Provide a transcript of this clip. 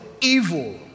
evil